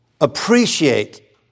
appreciate